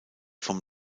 vom